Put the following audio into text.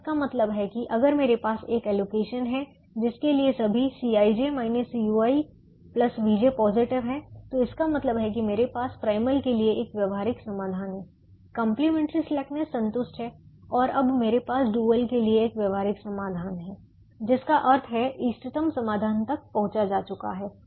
अब इसका मतलब है कि अगर मेरे पास एक एलोकेशन है जिसके लिए सभी Cij ui vj पॉजिटिव हैं तो इसका मतलब है कि मेरे पास प्राइमल के लिए एक व्यावहारिक समाधान है कंप्लीमेंट्री स्लैकनेस संतुष्ट है और अब मेरे पास डुअल के लिए एक व्यावहारिक समाधान है जिसका अर्थ है इष्टतम समाधान तक पहुंचा जा चुका है